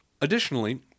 additionally